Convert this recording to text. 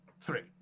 three